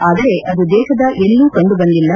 ಆದರೆ ಅದು ದೇಶದ ಎಲ್ಲೂ ಕಂಡುಬಂದಿಲ್ಲ